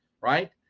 right